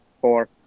Four